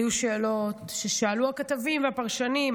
היו שאלות ששאלו הכתבים והפרשנים.